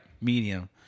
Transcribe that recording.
medium